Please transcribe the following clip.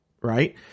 right